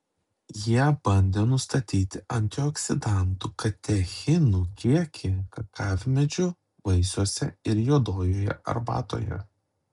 jie bandė nustatyti antioksidantų katechinų kiekį kakavmedžių vaisiuose ir juodojoje arbatoje